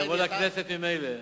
וזה יבוא לכנסת ממילא.